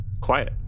quiet